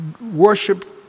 worship